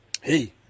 Hey